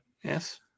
Yes